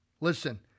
Listen